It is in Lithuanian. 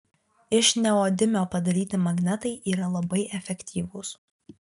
iš neodimio padaryti magnetai yra labai efektyvūs